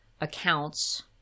accounts